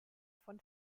von